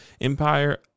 Empire